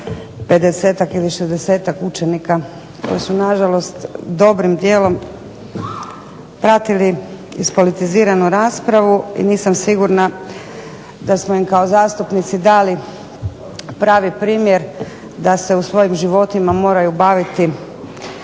50 ili 60 učenika koji su na žalost dobrim dijelom pratili ispolitiziranu raspravu i nisam sigurna da smo im kao zastupnici dali pravi primjer da se u svojim životima moraju baviti